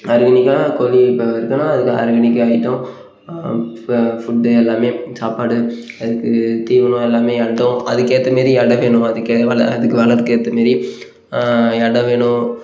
ஆர்கானிக்காக கோழி இப்போ இருக்குன்னா அதுக்கு ஆர்கானிக் ஐட்டம் ஃப ஃபுட்டு எல்லாமே சாப்பாடு அதுக்கு தீவனம் எல்லாமே இடம் அதுக்கேற்ற மாரி இடம் வேணும் அதுக்கு வள அதுக்கு வளர்க்க ஏற்ற மாரி இடம் வேணும்